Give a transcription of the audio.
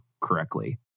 correctly